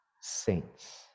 saints